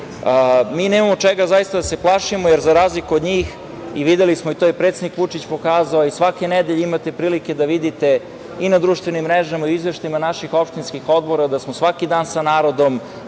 nemamo čega zaista da se plašimo, jer za razliku od njih, videli smo, i to je predsednik Vučić pokazao, i svake nedelje imate prilike da vidite i na društvenim mrežama i u izveštajima naši opštinskih odbora, svaki dan smo sa narodom,